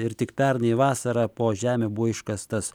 ir tik pernai vasarą po žeme buvo iškastas